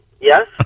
Yes